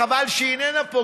חבל שהיא איננה פה,